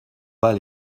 pas